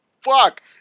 fuck